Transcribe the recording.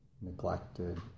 neglected